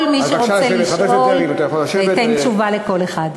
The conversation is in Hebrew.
כל מי שרוצה לשאול, אתן תשובה לכל אחד.